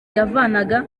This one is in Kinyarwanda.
yavanaga